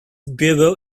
bureau